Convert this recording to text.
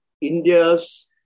India's